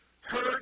heard